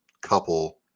couple